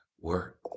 work